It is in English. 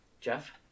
jeff